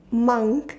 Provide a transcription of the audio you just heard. monk